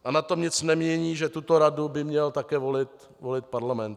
A na tom nic nemění, že tuto radu by měl také volit parlament.